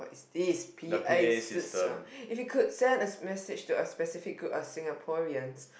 this is a P_A system if you could send a message to a specific group of Singaporean